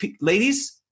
ladies